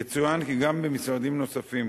יצוין כי גם במשרדים נוספים,